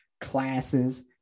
classes